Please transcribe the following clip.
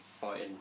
fighting